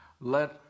let